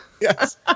yes